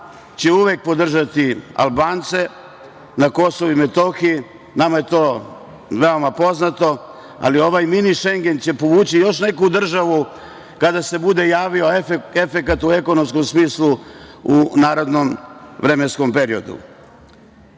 će uvek podržati Albance na KiM. Nama je to veoma poznato, ali ovaj „mini Šengen“ će povući još neku državu kada se bude javio efekat u ekonomskom smislu u narednom vremenskom periodu. Kada